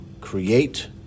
create